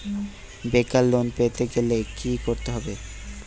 বেকার লোন পেতে গেলে কি করতে হবে?